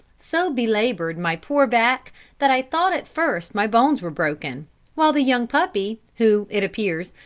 so belaboured my poor back that i thought at first my bones were broken while the young puppy, who, it appears,